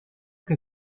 que